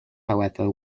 however